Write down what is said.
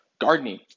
Gardening